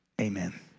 amen